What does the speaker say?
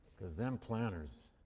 cuz them planters,